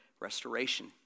restoration